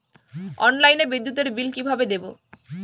অনলাইনে বিদ্যুতের বিল কিভাবে দেব?